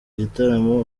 igitaramo